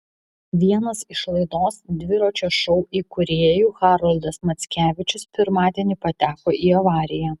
vienas iš laidos dviračio šou įkūrėjų haroldas mackevičius pirmadienį pateko į avariją